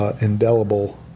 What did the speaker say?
indelible